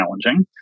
challenging